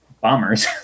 bombers